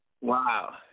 Wow